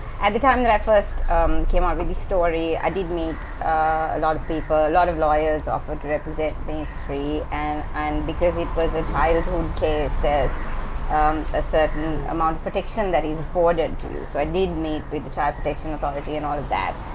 at the time that i first came out with this story, i did meet a lot of people a lot of lawyers offered to represent me free and and because it was a childhood case, there's um a certain amount of protection that is afforded to you. so i did meet with the child protection authority and all of that.